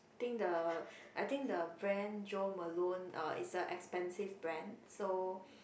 think the I think the brand Jo-Malone is a expensive brand so